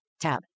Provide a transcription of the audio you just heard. Tab